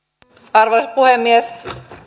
arvoisa puhemies